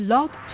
Love